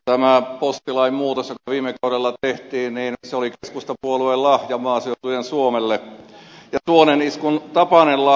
tämä postilain muutos joka viime kaudella tehtiin oli keskustapuoleen lahja maaseutujen suomelle ja suoneniskun tapainen lahja